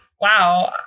Wow